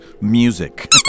Music